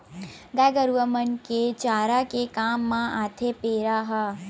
गाय गरुवा मन के चारा के काम म आथे पेरा ह